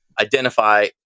identify